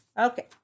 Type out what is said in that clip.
Okay